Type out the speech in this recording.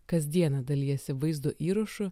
kasdieną dalijasi vaizdo įrašu